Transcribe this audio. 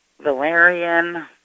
valerian